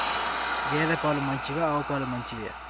గేద పాలు మంచివా ఆవు పాలు మంచివా?